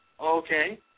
Okay